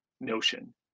notion